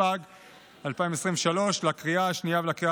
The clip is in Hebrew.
התשפ"ג 2023. יציג חבר הכנסת אריאל קלנר,